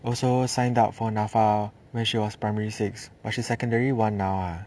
also signed up for NAFA when she was primary six but she secondary one now ah